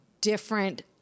different